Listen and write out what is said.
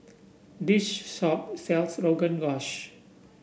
this shop sells Rogan Josh